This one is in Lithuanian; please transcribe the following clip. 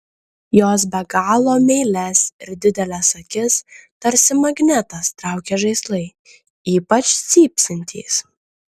jos be galo meilias ir dideles akis tarsi magnetas traukia žaislai ypač cypsintys